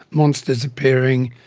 monsters appearing,